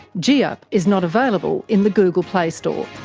giiup is not available in the google play store.